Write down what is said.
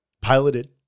piloted